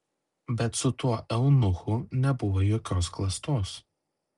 bet su tuo eunuchu nebuvo jokios klastos